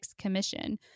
Commission